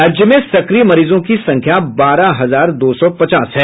राज्य में सक्रिय मरीजों की संख्या बारह हजार दो सौ पचास है